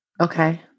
Okay